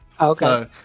Okay